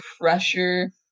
pressure